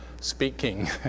speaking